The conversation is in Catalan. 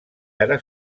ara